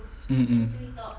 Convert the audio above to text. mm mm